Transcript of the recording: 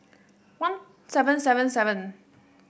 one seven seven seven